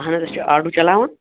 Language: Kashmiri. اَہَن حَظ أسۍ چھِ آٹوٗ چَلاوان